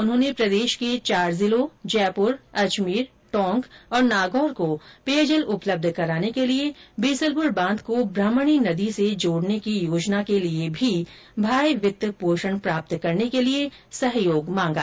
उन्होंने प्रदेश के चार जिलों जयपुर अजमेर टोंक और नागौर को पेयजल उपलब्ध कराने के लिए बीसलपुर बांध को ब्राह्मणी नदी से जोड़ने की योजना के लिए भी बाह्य वित्त पोषण प्राप्त करने के लिए सहयोग मांगा